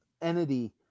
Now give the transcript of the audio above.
entity